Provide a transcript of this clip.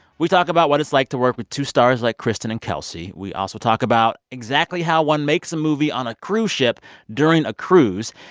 we talk about what it's like to work with two stars like kristen and kelsey. we also talk about exactly how one makes a movie on a cruise ship during a cruise,